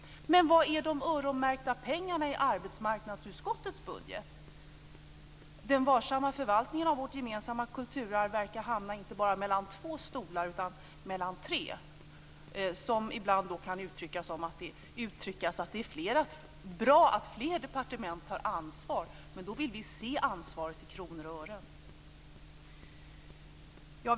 Men var är de öronmärkta pengarna i arbetsmarknadsutskottets budget? Den varsamma förvaltningen av vårt gemensamma kulturarv tycks hamna inte bara mellan två stolar utan mellan tre. Ibland uttrycks det som något bra att fler departement tar ansvar, men då vill vi se ansvaret i kronor och ören!